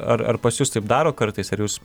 ar pas jus taip daro kartais ar jūs